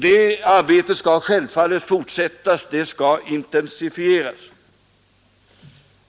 Det arbetet skall ätta och intensifieras.